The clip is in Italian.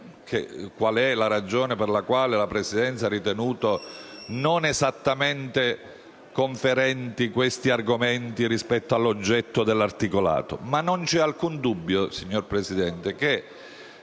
qual è la ragione per la quale la Presidenza ha ritenuto non esattamente conferenti questi argomenti rispetto all'oggetto dell'articolato,